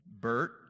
Bert